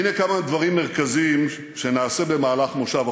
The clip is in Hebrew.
הנה כמה דברים מרכזיים שנעשה במהלך מושב החורף.